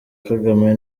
kagame